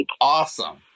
awesome